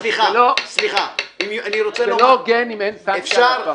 זה לא הוגן אם אין סנקציה על הפרה.